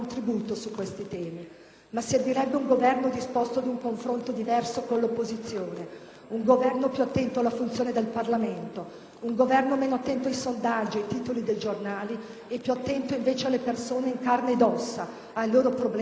Ma servirebbe un Governo disposto ad un confronto diverso con l'opposizione, un Governo più attento alla funzione del Parlamento, meno attento ai sondaggi, ai titoli dei giornali e più attento invece alle persone in carne ed ossa, ai loro problemi ed alle loro necessità.